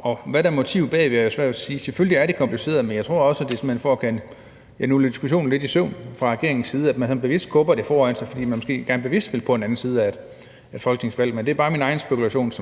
Og hvad der er motivet bag, er jo svært at sige. Selvfølgelig er det kompliceret, men jeg tror også, at det simpelt hen er for at få dysset en diskussion lidt i søvn fra regeringens side, at man sådan bevidst skubber det foran sig, fordi man måske gerne bevidst vil på en anden side af et folketingsvalg. Men det er bare min egen spekulation